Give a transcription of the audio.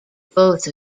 both